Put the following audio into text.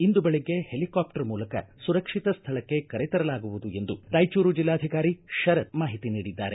ಇಂದು ಬೆಳಿಗ್ಗೆ ಹೆಲಿಕಾಪ್ಟರ್ ಮೂಲಕ ಸುರಕ್ಷಿತ ಸ್ಥಳಕ್ಕೆ ಕರೆ ತರಲಾಗುವುದು ಎಂದು ರಾಯಚೂರು ಜೆಲ್ಲಾಧಿಕಾರಿ ಶರತ್ ಮಾಹಿತಿ ನೀಡಿದ್ದಾರೆ